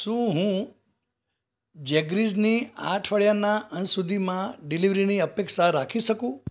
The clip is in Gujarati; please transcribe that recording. શું હું જેગરીઝની આ અઠવાડિયાના અંત સુધીમાં ડિલિવરીની અપેક્ષા રાખી શકું